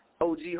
OG